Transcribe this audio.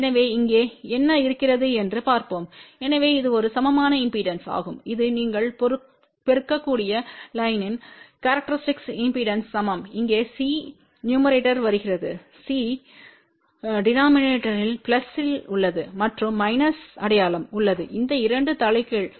எனவே இங்கே என்ன இருக்கிறது என்று பார்ப்போம் எனவே இது ஒரு சமமான இம்பெடன்ஸ் ஆகும் இது நீங்கள் பெருக்கக்கூடிய லைன்யின் கேரக்டரிஸ்டிக் இம்பெடன்ஸ்க்கு சமம் இங்கே C னூமிரேடோர்களில் வருகிறது C டெனோமினேடோர் பிளஸில் உள்ளது மற்றும் மைனஸ் அடையாளம் உள்ளது இந்த 2 தலைகீழ்